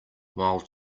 while